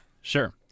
Sure